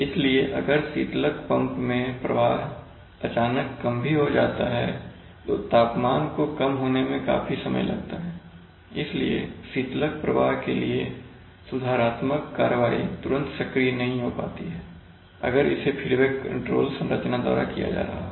इसलिए अगर शीतलक पंप में प्रवाह अचानक कम भी हो जाता है तो भी तापमान को कम होने में काफी समय लगता हैइसलिए शीतलक प्रवाह के लिए सुधारात्मक कार्रवाई तुरंत सक्रिय नहीं हो पाती है अगर इसे फीडबैक कंट्रोल संरचना द्वारा किया जा रहा हो